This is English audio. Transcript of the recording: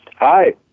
Hi